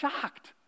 shocked